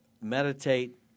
Meditate